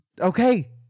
okay